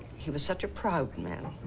he was such a proud man.